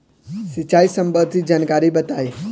सिंचाई संबंधित जानकारी बताई?